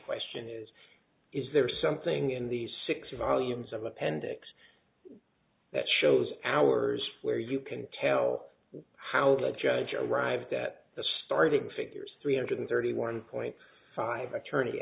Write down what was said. question is is there something in the six volumes of appendix that shows hours where you can tell how that judge arrived at the starting figures three hundred thirty one point five attorney